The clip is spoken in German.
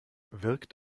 wirkt